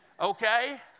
Okay